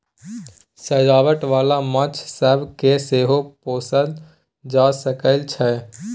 सजावट बाला माछ सब केँ सेहो पोसल जा सकइ छै